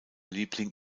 liebling